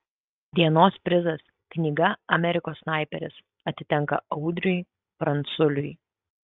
dienos prizas knyga amerikos snaiperis atitenka audriui pranculiui